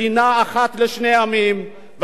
מדינה אחת לשני עמים,